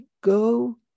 go